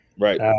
Right